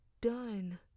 done